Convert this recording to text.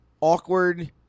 awkward